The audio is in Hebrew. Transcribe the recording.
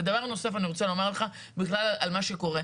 ודבר נוסף אני רוצה לומר לך בכלל על מה שקורה.